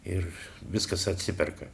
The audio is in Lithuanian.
ir viskas atsiperka